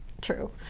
true